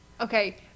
okay